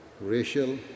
racial